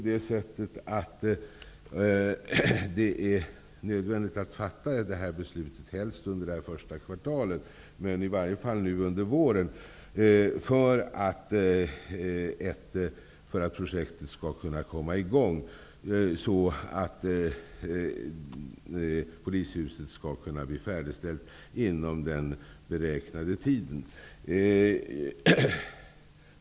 Det är nödvändigt att detta beslut fattas helst under det första kvartalet, i varje fall under våren, för att projektet skall kunna komma i gång och polishuset kunna bli färdigställt inom den beräknade tiden.